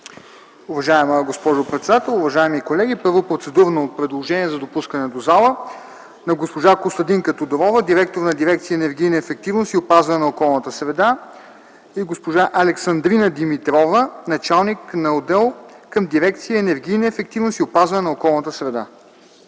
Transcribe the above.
Уважаема госпожо председател, уважаеми колеги! Първо, процедурно предложение за допускане в залата на госпожа Костадинка Тодорова – директор на дирекция „Енергийна ефективност и опазване на околната среда”, и госпожа Александрина Димитрова – началник на отдел към дирекция „Енергийна ефективност и опазване на околната среда”.